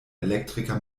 elektriker